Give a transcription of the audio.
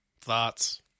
thoughts